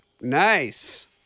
Nice